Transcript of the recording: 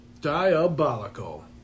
Diabolical